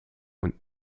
und